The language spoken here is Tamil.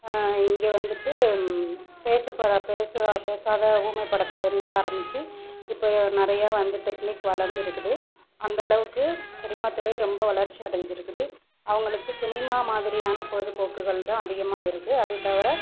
இங்கே வந்துட்டு பேசப் போகிற பேச பேசாத ஊமை படத்தில் இருந்து ஆரம்மிச்சு இப்போது நிறையா வந்து டெக்னிக் வளர்ந்து இருக்குது அந்தளவுக்கு சினிமா துறை ரொம்ப வளர்ச்சி அடைஞ்சுருக்குது அவர்களுக்கு சினிமா மாதிரியான பொழுதுபோக்குகள்தான் அதிகமாக இருக்குது அதைத் தவிர